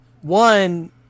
one